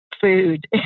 food